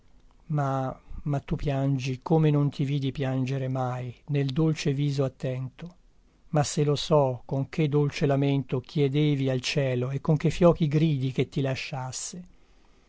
ma ma tu piangi come non ti vidi piangere mai nel dolce viso attento ma se lo so con che dolce lamento chiedevi al cielo e con che fiochi gridi che ti lasciasse